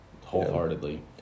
wholeheartedly